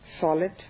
solid